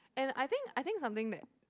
and I think I think something that like